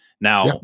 Now